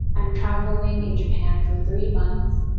i'm traveling in japan for three months.